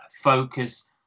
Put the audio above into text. focus